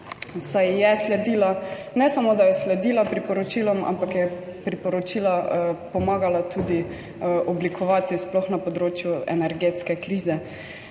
saj je ne samo sledila priporočilom, ampak je priporočila pomagala tudi oblikovati, sploh na področju energetske krize.